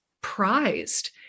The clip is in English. prized